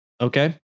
okay